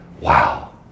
Wow